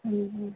हूं हूं